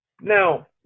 Now